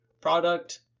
product